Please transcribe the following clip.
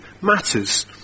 matters